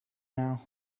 now